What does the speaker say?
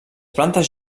plantes